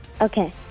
Okay